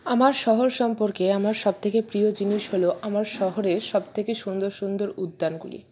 আমার শহর সম্পর্কে আমার সবথেকে প্রিয় জিনিস হল আমার শহরের সবথেকে সুন্দর সুন্দর উদ্যানগুলি